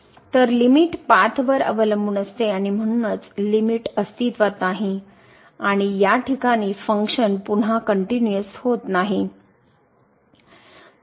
तर लिमिट पाथवर अवलंबून असते आणि म्हणूनच लिमिट अस्तित्वात नाही आणि या ठिकाणी फंक्शन पुन्हा कनट्युनिअस होत नाही